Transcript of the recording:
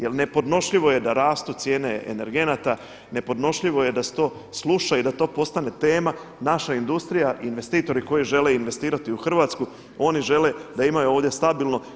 Jel nepodnošljivo je da rastu cijene energenata, nepodnošljivo je da se to sluša i da to postane tema, naša industrija i investitori koji žele investirati u Hrvatsku oni žele da imaju ovdje stabilno.